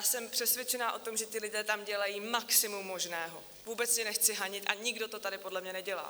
Jsem přesvědčena o tom, že ti lidé tam dělají maximum možného, vůbec je nechci hanit a nikdo to tady podle mě nedělá.